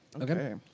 Okay